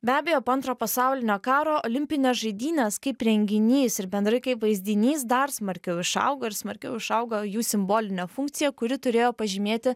be abejo po antro pasaulinio karo olimpinės žaidynės kaip renginys ir bendrai kaip vaizdinys dar smarkiau išaugo ir smarkiau išaugo jų simbolinė funkcija kuri turėjo pažymėti